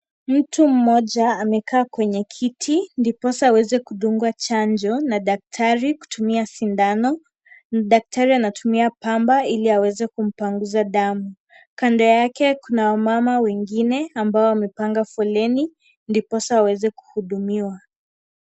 Mtu mmoja amekaa kwenye kiti ,ndiposa aweze kudungwa chanjo na daktari kutumia sindano. Daktari anatumia pamba ili aweze kumpanguza damu. Kando yake kuna wamama wengine ambao wamepanga foleni, ndiposa waweze kuhudumiwa.